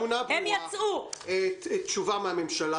הם יצאו מן התמונה.